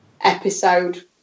episode